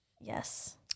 Yes